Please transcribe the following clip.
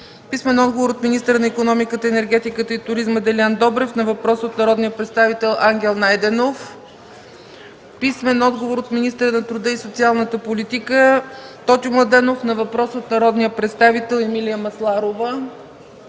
Мерджанов; - от министъра на икономиката, енергетиката и туризма Делян Добрев на въпрос от народния представител Ангел Найденов; - от министъра на труда и социалната политика Тотю Младенов на въпрос от народния представител Емилия Масларова;